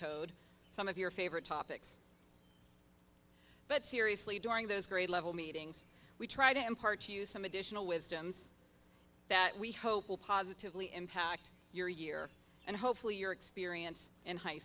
code some of your favorite topics but seriously during those grade level meetings we try to impart to you some additional wisdoms that we hope will positively impact your year and hopefully your experience in high